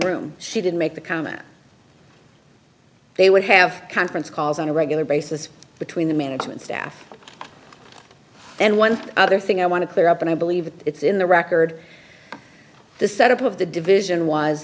room she did make the comment they would have conference calls on a regular basis between the management staff and one other thing i want to clear up and i believe it's in the record the set up of the division was